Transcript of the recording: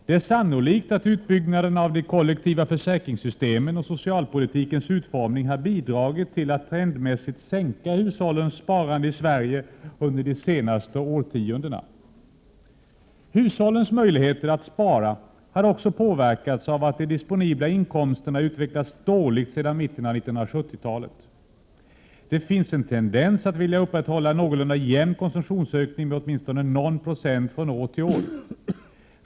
Det är sannolikt att utbyggnaden av de kollektiva försäkringssystemen och socialpolitikens utformning har bidragit till att trendmässigt sänka hushållens sparande i Sverige under de senaste årtiondena. Hushållens möjligheter att spara har också påverkats av att de disponibla inkomsterna utvecklats dåligt sedan mitten av 1970-talet. Det finns en tendens att vilja upprätthålla en någorlunda jämn konsumtionsökning med åtminstone någon procent från år till år.